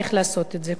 איך לעשות את זה.